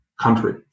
country